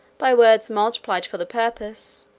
by words multiplied for the purpose,